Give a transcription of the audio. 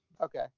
Okay